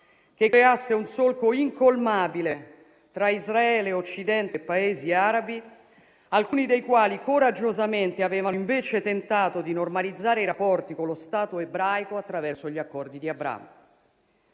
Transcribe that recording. che creasse un solco incolmabile tra Israele, Occidente e Paesi arabi, alcuni dei quali coraggiosamente avevano invece tentato di normalizzare i rapporti con lo Stato ebraico attraverso gli Accordi di Abramo.